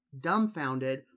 dumbfounded